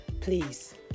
Please